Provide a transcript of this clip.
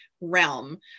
realm